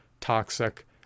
toxic